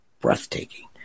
breathtaking